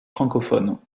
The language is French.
francophones